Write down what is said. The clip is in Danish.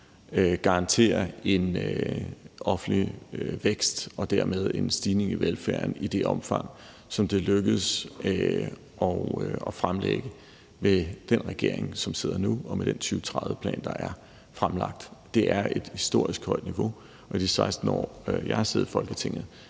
garantere en offentlig vækst og dermed en stigning i velfærden i det omfang, som det er lykkedes at fremlægge med den regering, som sidder nu, og med den 2030-plan, der er fremlagt. Det er et historisk højt niveau, og de 16 år, jeg har siddet i Folketinget,